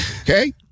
okay